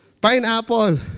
pineapple